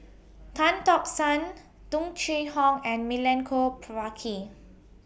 Tan Tock San Tung Chye Hong and Milenko Prvacki